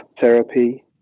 therapy